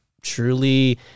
truly